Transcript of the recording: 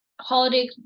holiday